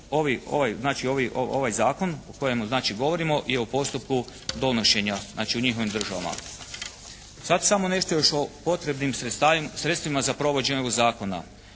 ovaj zakon o kojemu znači govorimo je u postupku donošenja znači u njihovim državama. Sad samo nešto još o potrebnim sredstvima za provođenje ovog zakona.